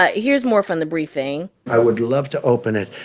ah here's more from the briefing. i would love to open it.